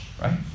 right